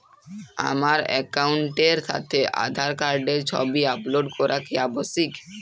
আমার অ্যাকাউন্টের সাথে আধার কার্ডের ছবি আপলোড করা কি আবশ্যিক?